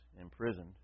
imprisoned